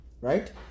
Right